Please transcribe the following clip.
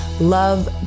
love